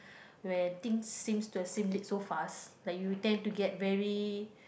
where things seems to similar so fast like you tend to get very